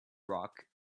rock